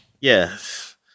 Yes